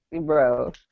bro